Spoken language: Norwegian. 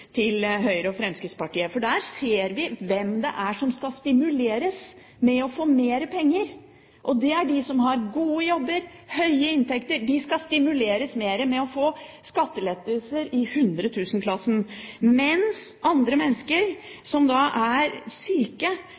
til Høyre og Fremskrittspartiet. For der ser vi hvem det er som skal stimuleres med å få mer penger. Det er de som har gode jobber og høye inntekter. De skal stimuleres med å få skattelettelser i hundretusenkronersklassen, mens mennesker som er syke,